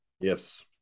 yes